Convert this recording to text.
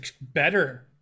better